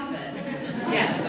Yes